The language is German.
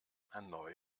hanoi